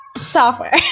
software